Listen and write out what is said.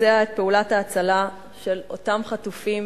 לבצע את פעולת ההצלה של אותם חטופים